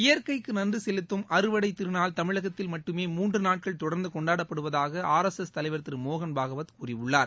இயற்கைக்கு நன்றி செலுத்தும் அறுவடை திருநாள் தமிழகத்தில் மட்டுமே மூன்று நாட்கள் தொடர்ந்து கொண்டாடப்படுவதாக ஆர் எஸ் எஸ் தலைவர் திரு மோகன் பகவத் கூறியுள்ளார்